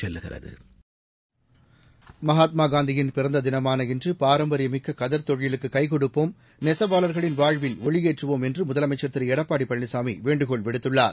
seconds Mahatma காந்தியின் பிறந்த தினமான இன்று பாரம்பரியமிக்க கதர் தொழிலுக்கு கை கொடுப்போம் நெசவாளர்களின் வாழ்வில் ஒளியேற்றுவோம் என்று முதலமைச்சர் திரு எடப்பாடி பழனிசாமி வேண்டுகோள் விடுத்துள்ளார்